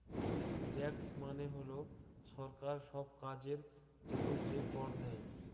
tax মানে হল সরকার সব কাজের জন্য যে কর নেয়